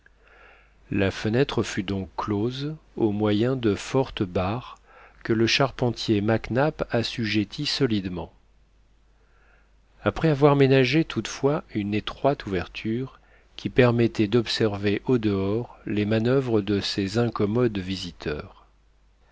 la fenêtre fut donc close au moyen de fortes barres que le charpentier mac nap assujettit solidement après avoir ménagé toutefois une étroite ouverture qui permettait d'observer au-dehors les manoeuvres de ces incommodes visiteurs